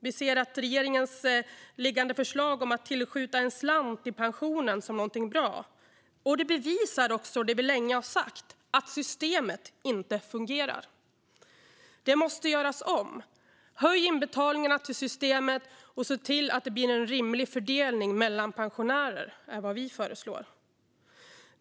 Vi ser regeringens liggande förslag om att tillskjuta en slant till pensionen som någonting bra. Men det bevisar också det vi länge har sagt, nämligen att systemet inte fungerar. Det måste göras om. Höj inbetalningarna till systemet och se till att det blir en rimlig fördelning mellan pensionärer, är vad vi föreslår.